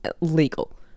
legal